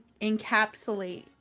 encapsulate